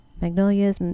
magnolias